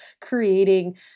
creating